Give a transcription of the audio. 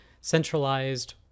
centralized